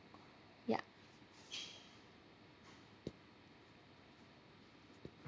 yup